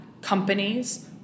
companies